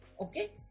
Okay